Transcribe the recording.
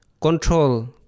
Control